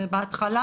בהתחלה,